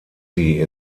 sie